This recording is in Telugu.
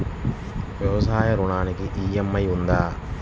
వ్యవసాయ ఋణానికి ఈ.ఎం.ఐ ఉందా?